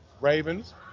Ravens